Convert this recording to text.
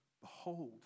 Behold